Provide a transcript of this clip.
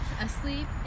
Asleep